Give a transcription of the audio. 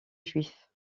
juifs